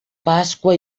pasqua